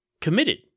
Committed